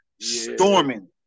storming